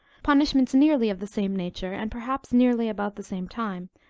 punishments nearly of the same nature, and perhaps nearly about the same time,